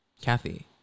Kathy